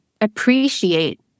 appreciate